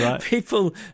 People